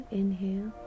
inhale